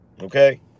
Okay